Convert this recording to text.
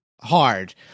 hard